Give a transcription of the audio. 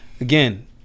again